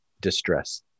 distress